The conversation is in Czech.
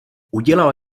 udělal